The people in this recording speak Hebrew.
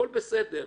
הכול בסדר.